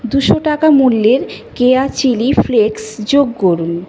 দুশো টাকা মূল্যের কেয়া চিলি ফ্লেক্স যোগ করুন